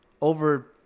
Over